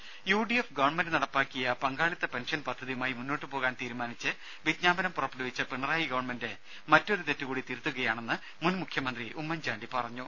ടെട U D F government നടപ്പാക്കിയ പങ്കാളിത്ത പെൻഷൻ പദ്ധതിയുമായി മുന്നോട്ട് പോകാൻ തീരുമാനിച്ച് വിജ്ഞാപനം പുറപ്പെടുവിച്ച പിണറായി ഗവൺമെന്റ് മറ്റൊരു തെറ്റുകൂടി തിരുത്തുകയാണെന്ന് മുൻമുഖ്യമന്ത്രി ഉമ്മൻചാണ്ടി പറഞ്ഞു